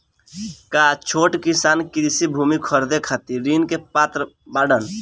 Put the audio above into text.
का छोट किसान कृषि भूमि खरीदे खातिर ऋण के पात्र बाडन?